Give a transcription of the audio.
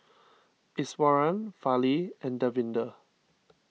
Iswaran Fali and Davinder